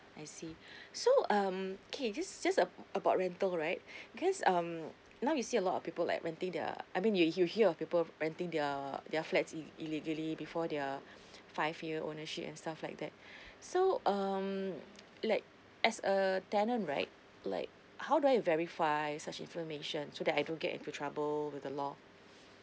I see so um okay just just uh about rental right because um now you see a lot of people like renting their I mean you you hear of people renting their their flats i~ illegally before their five year ownership and stuff like that so um like as a tenant right like how do I verify such information so that I don't get into trouble with the law